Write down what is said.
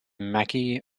maki